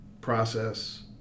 process